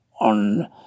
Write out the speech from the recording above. on